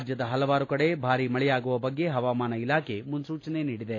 ರಾಜ್ಲದ ಹಲವಾರು ಕಡೆ ಭಾರಿ ಮಳೆಯಾಗುವ ಬಗ್ಗೆ ಹವಾಮಾನ ಇಲಾಖೆ ಮುನ್ನೂಚನೆ ನೀಡಿದೆ